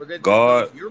God